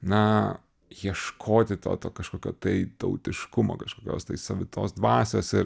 na ieškoti to to kažkokio tai tautiškumo kažkokios tai savitos dvasios ir